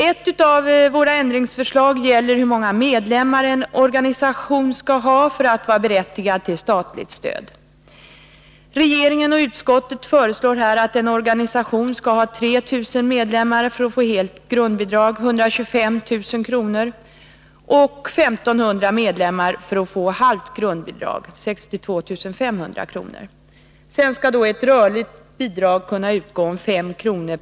Ett av våra ändringsförslag gäller hur många medlemmar en organisation skall ha för att vara berättigad till statligt stöd. Regeringen och utskottet föreslår här att en organisation skall ha 3 000 medlemmar för att få helt grundbidrag, 125 000 kr., och 1500 medlemmar för att få halvt grundbidrag, 62 500 kr. Sedan skall ett rörligt bidrag kunna utgå om 5 kr.